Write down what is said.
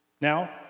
Now